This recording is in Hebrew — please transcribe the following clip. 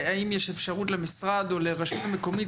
האם יש אפשרות למשרד או לרשות מקומית